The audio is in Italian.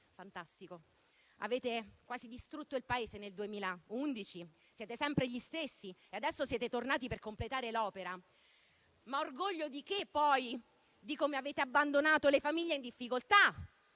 fantastico. Avete quasi distrutto il Paese nel 2011. Siete sempre gli stessi e adesso siete tornati per completare l'opera. Peraltro orgoglio di che cosa? Di come avete abbandonato le famiglie in difficoltà;